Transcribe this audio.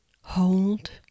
hold